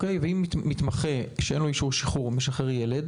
ואם מתמחה שיש לו אישור שחרור משחרר ילד